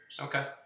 okay